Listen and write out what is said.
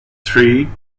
three